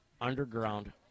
Underground